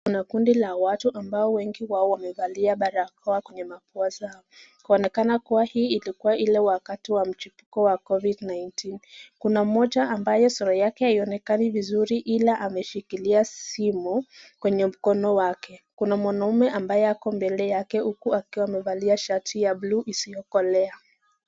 Kuna kundi la watu ambao wengi wao wamevalia barakoa kwenye mapua zao kuonekana kuwa hii ilikuwa Ile wakati wa COVID 19 . Kuna mmoja ambaye sura yake haionekani vizuri ila ameshikilia simu kwenye mkoko wake. Kuna mwanaume ambaye ako mbele yake huku akiwa amevalia shati ya bluu isiyokolea.